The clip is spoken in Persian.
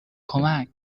کمک